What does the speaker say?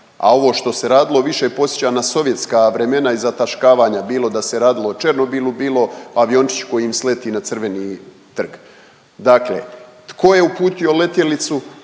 a ovo što se radilo više podsjeća na sovjetska vremena i zataškavanja, bilo da se radilo o Černobilu, bilo o aviončiću koji im sleti na Crveni trg. Dakle, tko je uputio letjelicu,